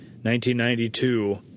1992